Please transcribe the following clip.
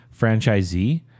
franchisee